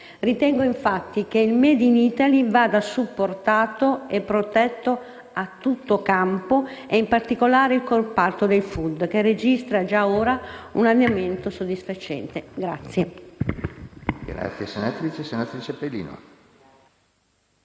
ritengo infatti che il *made in Italy* debba essere supportato e protetto a tutto campo, in particolare il comparto del *food*, che registra già ora un andamento soddisfacente.